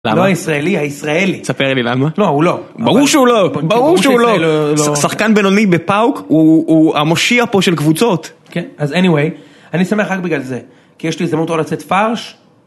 לא הישראלי, הישראלי. תספר לי למה. לא, הוא לא. ברור שהוא לא, ברור שהוא לא. שחקן בינוני בפאוק הוא המושיע פה של קבוצות. כן, אז anyway, אני שמח רק בגלל זה. כי יש לי הזדמנות לא לצאת פארש.